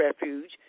refuge